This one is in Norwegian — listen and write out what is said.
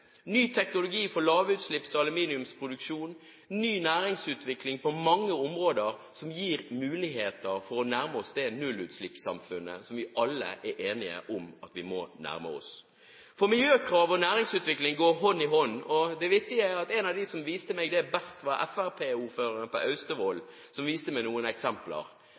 ny teknologi for lavutslipps aluminiumsproduksjon, ny næringsutvikling på mange områder, som gir muligheter for å nærme oss det nullutslippssamfunnet som vi alle er enige om at vi må nærme oss. For miljøkrav og næringsutvikling går hånd i hånd. Og det vittige er at en av dem som viste meg det best, var fremskrittspartiordføreren på Austevoll, han viste meg noen eksempler.